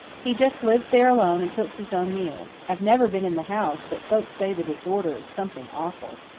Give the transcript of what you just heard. he just lives there alone and cooks his own meals. i've never been in the house, but folks say the disorder is something awful.